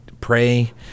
Pray